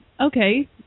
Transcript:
Okay